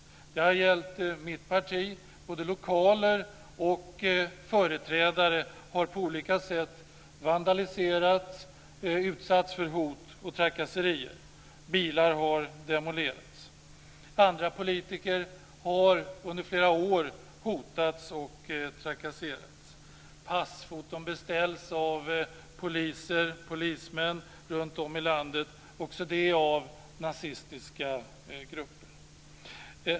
Det har gällt mitt parti. Både lokaler har vandaliserats och företrädare har utsatts för hot och trakasserier. Bilar har demolerats. Andra politiker har under flera år hotats och trakasserats. Passfoton av polismän beställs runtom i landet av nazistiska grupper.